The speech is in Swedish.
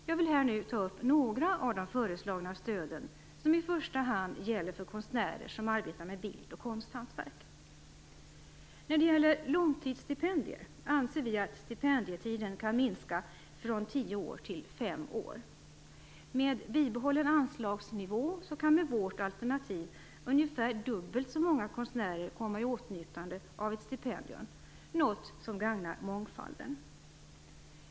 Jag vill här ta upp några av de föreslagna stöden som i första hand gäller för konstnärer som arbetar med bild och konsthantverk. När det gäller långtidsstipendier anser vi att stipendietiden kan minska från tio år till fem år. Med bibehållen anslagsnivå kan med vårt alternativ ungefär dubbelt så många konstnärer komma i åtnjutande av ett stipendium, något som gagnar mångfalden.